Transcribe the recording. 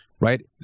right